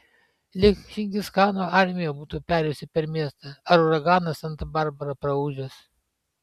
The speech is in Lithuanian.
lyg čingischano armija būtų perėjusi per miestą ar uraganas santa barbara praūžęs